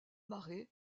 marées